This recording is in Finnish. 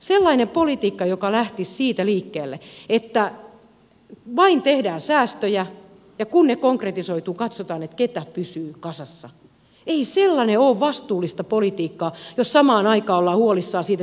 sellainen politiikka joka lähtisi siitä liikkeelle että vain tehdään säästöjä ja kun ne konkretisoituvat katsotaan ketkä pysyvät kasassa ei ole vastuullista politiikkaa jos samaan aikaan ollaan huolissaan siitä säilyykö yksikköverkko